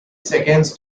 seconds